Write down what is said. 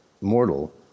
mortal